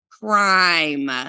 Crime